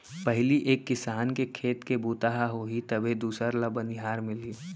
पहिली एक किसान के खेत के बूता ह होही तभे दूसर ल बनिहार मिलही